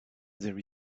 there